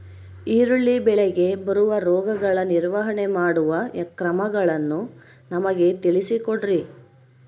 ಈರುಳ್ಳಿ ಬೆಳೆಗೆ ಬರುವ ರೋಗಗಳ ನಿರ್ವಹಣೆ ಮಾಡುವ ಕ್ರಮಗಳನ್ನು ನಮಗೆ ತಿಳಿಸಿ ಕೊಡ್ರಿ?